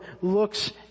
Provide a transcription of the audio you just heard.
looks